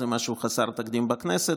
זה משהו חסר תקדים בכנסת,